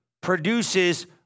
produces